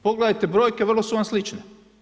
Pogledajte brojke vrlo su vam slične.